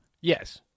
Yes